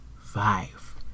five